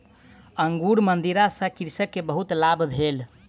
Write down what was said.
अंगूरक मदिरा सॅ कृषक के बहुत लाभ भेल